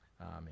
Amen